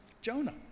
Jonah